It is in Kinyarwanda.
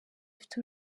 afite